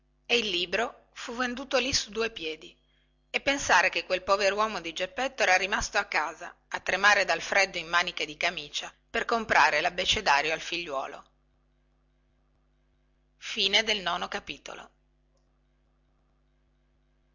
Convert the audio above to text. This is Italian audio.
e il libro fu venduto lì sui due piedi e pensare che quel poveruomo di geppetto era rimasto a casa a tremare dal freddo in maniche di camicia per comprare labbecedario al figliuolo i